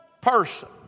person